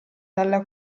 dalla